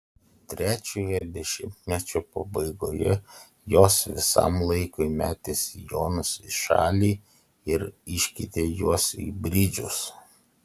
trečiojo dešimtmečio pabaigoje jos visam laikui metė sijonus į šalį ir iškeitė juos į bridžus